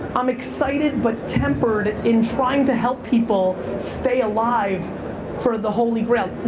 i'm excited but tempered in trying to help people stay alive for the holy grail.